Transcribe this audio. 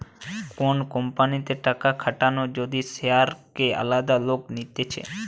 কোন কোম্পানিতে টাকা খাটানো যদি শেয়ারকে আলাদা লোক নিতেছে